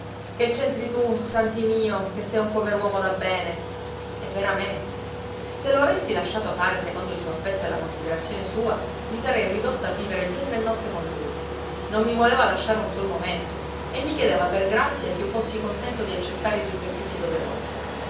che c'entri tu santi mio che sei un pover'uomo da bene e veramente se lo avessi lasciato fare secondo il suo affetto e la considerazione sua mi sarei ridotto a vivere giorno e notte con lui non mi voleva lasciare un sol momento e mi chiedeva per grazia ch'io fossi contento di accettare i suoi servizii doverosi